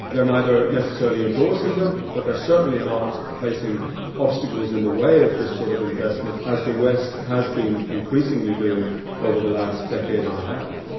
they're neither necessarily endorsing them, but they're certainly not placing obstacles in the way of this sort of investment as the west has been increasingly doing over the last decade and a half.